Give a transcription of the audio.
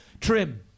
Trim